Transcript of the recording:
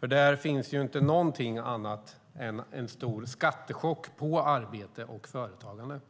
Där finns inte någonting annat än en stor skattechock på arbete och företagande.